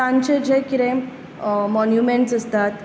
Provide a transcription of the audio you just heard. तांचे जे कितें मॉन्यूमेंट्स आसतात